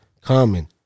Common